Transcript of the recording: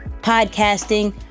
podcasting